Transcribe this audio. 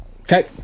Okay